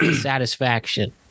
satisfaction